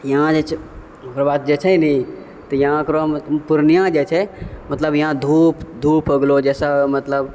यहाँ जे छै ओकर बाद जे छै नी तऽ यहाँ एकरोमे पूर्णिया जे छै मतलब यहाँ धूप धूप हो गेलौ जाहिसँ मतलब